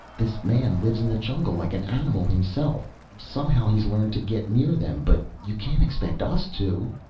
this man lives in the jungle, like an animal himself. somehow he's learned to get near them. but you can't expect us to.